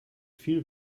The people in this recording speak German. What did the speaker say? viel